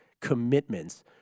commitments